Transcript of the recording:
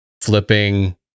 Flipping